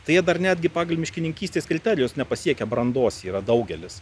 tai jie dar netgi pagal miškininkystės kriterijus nepasiekę brandos yra daugelis